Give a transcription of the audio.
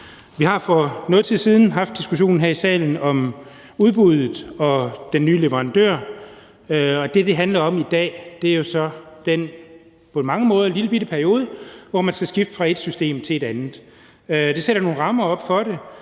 Vi har for noget tid siden haft diskussionen her i salen om udbuddet og den nye leverandør, og det, det handler om i dag, er jo så den på mange måder lillebitte periode, hvor man skal skifte fra et system til et andet. Det sætter nogle rammer op for det,